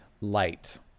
Light